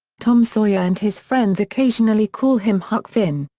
tom sawyer and his friends occasionally call him huck finn.